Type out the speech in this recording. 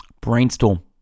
Brainstorm